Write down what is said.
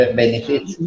benefits